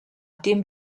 dem